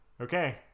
okay